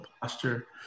posture